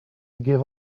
give